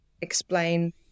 explain